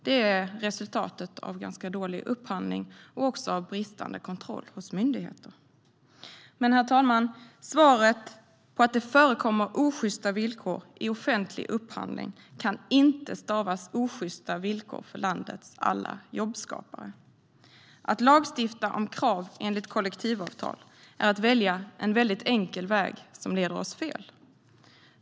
Det är resultatet av ganska dålig upphandling och också av bristande kontroll hos myndigheter. Men, herr talman, svaret på att det förekommer osjysta villkor i offentlig upphandling kan inte stavas osjysta villkor för landets alla jobbskapare. Att lagstifta om krav enligt kollektivavtal är att välja en mycket enkel väg som leder oss fel.